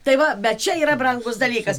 tai va bet čia yra brangus dalykas